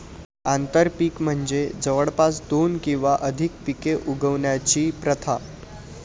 आंतरपीक म्हणजे जवळपास दोन किंवा अधिक पिके उगवण्याची प्रथा